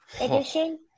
edition